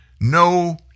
no